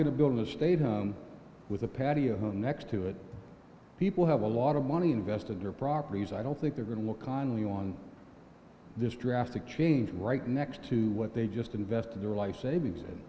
going to build a stadium with a patio next to it people have a lot of money invested their properties i don't think they're going to look kindly on this drastic change right next to what they just invested their life savings